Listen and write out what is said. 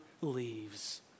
leaves